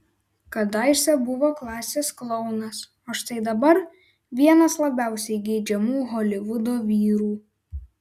kadaise buvo klasės klounas o štai dabar vienas labiausiai geidžiamų holivudo vyrų